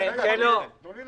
זה לתקנים קבועים.